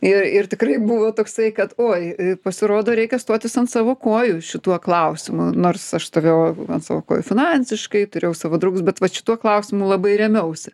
ir ir tikrai buvo toksai kad oi pasirodo reikia stotis ant savo kojų šituo klausimu nors aš stovėjau ant savo kojų finansiškai turėjau savo draugus bet vat šituo klausimu labai rėmiausi